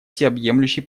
всеобъемлющий